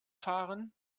fahren